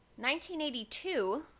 1982